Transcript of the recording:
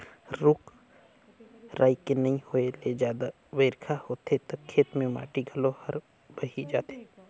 रूख राई के नइ होए ले जादा बइरखा होथे त खेत के माटी घलो हर बही जाथे